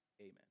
amen